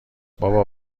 بابا